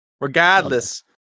Regardless